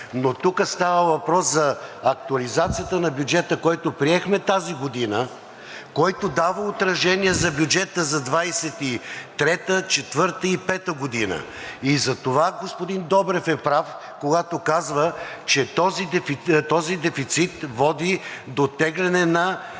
Но тук става въпрос за актуализацията на бюджета, който приехме тази година, който дава отражение за бюджета за 2023-а, 2024-а и 2025 г. И затова господин Добрев е прав, когато казва, че този дефицит води до теглене на